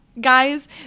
Guys